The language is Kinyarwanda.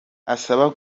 asaba